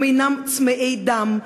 הם אינם צמאי דם.